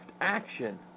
action